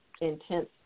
intense